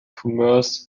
commerce